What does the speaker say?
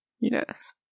Yes